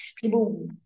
People